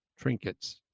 trinkets